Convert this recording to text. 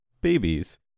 babies